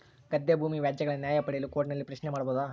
ಗದ್ದೆ ಭೂಮಿ ವ್ಯಾಜ್ಯಗಳ ನ್ಯಾಯ ಪಡೆಯಲು ಕೋರ್ಟ್ ನಲ್ಲಿ ಪ್ರಶ್ನೆ ಮಾಡಬಹುದಾ?